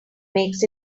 makes